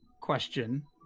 Question